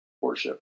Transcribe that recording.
worship